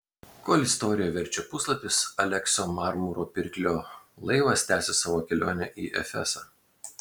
kol istorija verčia puslapius aleksio marmuro pirklio laivas tęsia savo kelionę į efesą